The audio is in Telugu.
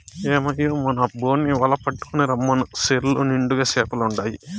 ఏమయ్యో మన అబ్బోన్ని వల పట్టుకు రమ్మను చెర్ల నిండుగా చేపలుండాయి